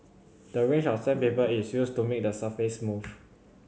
the range of sandpaper is used to make the surface smooth